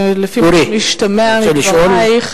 ולפי מה שמשתמע מדברייך